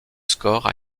score